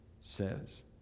says